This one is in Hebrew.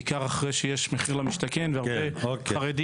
בעיקר אחרי שיש מחיר למשתכן והרבה חרדים